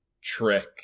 trick